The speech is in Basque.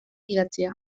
idatzia